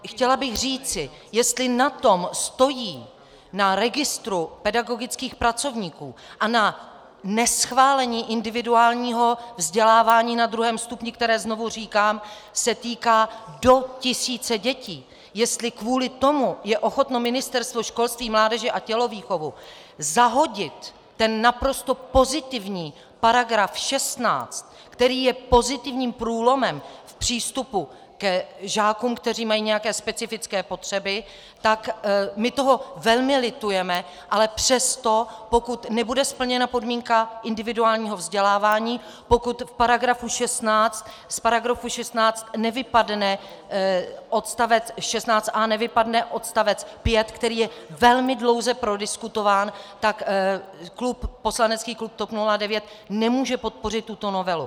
Chtěla bych říci, jestli na tom stojí, na registru pedagogických pracovníků a na neschválení individuálního vzdělávání na druhém stupni které, znovu říkám, se týká do tisíce dětí , jestli kvůli tomu je ochotno Ministerstvo školství, mládeže a tělovýchovy zahodit ten naprosto pozitivní § 16, který je pozitivním průlomem v přístupu k žákům, kteří mají nějaké specifické potřeby, tak my toho velmi litujeme, ale přesto, pokud nebude splněna podmínka individuálního vzdělávání, pokud z § 16a nevypadne odstavec 5, který je velmi dlouze prodiskutován, tak poslanecký klub TOP 09 nemůže podpořit tuto novelu.